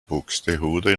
buxtehude